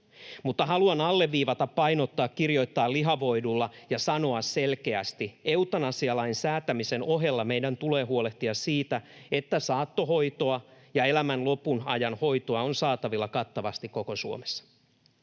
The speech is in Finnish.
haluan alleviivata, painottaa, kirjoittaa lihavoidulla ja sanoa selkeästi: eutanasialain säätämisen ohella meidän tulee huolehtia siitä, että saattohoitoa ja elämän lopun ajan hoitoa on saatavilla kattavasti koko Suomessa.